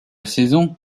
saison